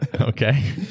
Okay